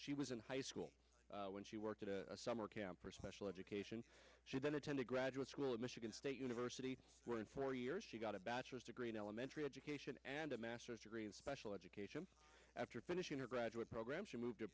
she was in high school when she worked at a summer camp for special education she then attended graduate school at michigan state university where in four years she got a bachelor's degree in elementary education and a masters degree in special education after finishing her graduate program she moved to